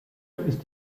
ist